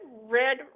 red